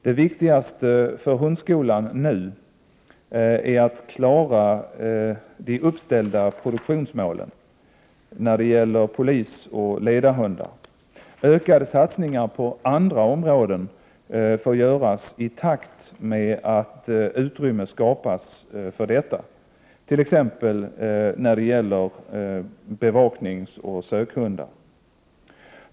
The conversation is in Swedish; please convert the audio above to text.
Det viktigaste för hundskolan nu är att klara de uppställda produktionsmålen när det gäller polisoch ledarhundar. Ökade satsningar på andra områden får göras i takt med att utrymme skapas för detta, t.ex. när det gäller bevakningsoch sökhundar.